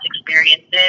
experiences